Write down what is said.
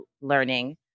learning